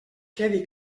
quedi